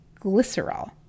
glycerol